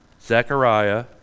Zechariah